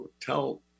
tell